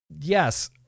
Yes